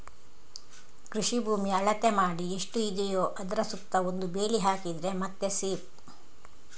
ಕೃಷಿ ಭೂಮಿ ಅಳತೆ ಮಾಡಿ ಎಷ್ಟು ಇದೆಯೋ ಅದ್ರ ಸುತ್ತ ಒಂದು ಬೇಲಿ ಹಾಕಿದ್ರೆ ಮತ್ತೆ ಸೇಫ್